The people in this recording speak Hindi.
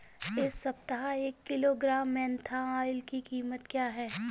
इस सप्ताह एक किलोग्राम मेन्था ऑइल की कीमत क्या है?